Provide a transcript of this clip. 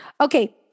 Okay